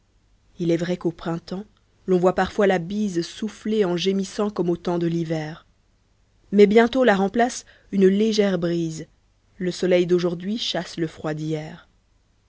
il est vrai qu'au printemps l'on voit parfois la bise souffler en gémissant comme au temps de l'hiver mais bientôt la remplace une légère brise le soleil d'aujourd'hui chasse le froid d'hier